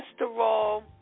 cholesterol